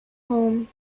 home